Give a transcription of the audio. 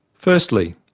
firstly,